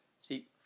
see